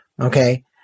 Okay